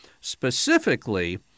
Specifically